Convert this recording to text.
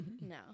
No